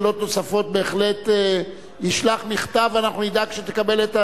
בהחלט ישלח מכתב, ואנחנו נדאג שתקבל את הידיעות.